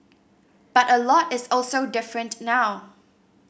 but a lot is also different now